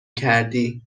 کردی